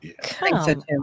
come